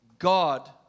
God